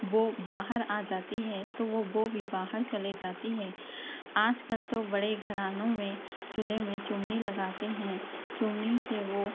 وہ باہر آ جاتی ہے تو وہ بو بھی باہر چلے جاتی ہے آج کل تو بڑے گھرانوں میں چولہے میں چِمنی لگاتے ہیں چِمنی سے وہ